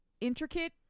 intricate